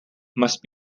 must